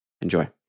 Enjoy